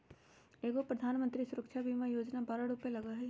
एगो प्रधानमंत्री सुरक्षा बीमा योजना है बारह रु लगहई?